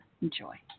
Enjoy